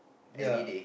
ya